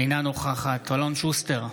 אינה נוכחת אלון שוסטר,